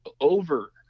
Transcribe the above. over